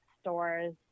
stores